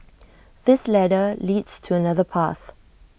this ladder leads to another path